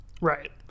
Right